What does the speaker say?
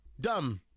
dumb